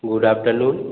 good afternoon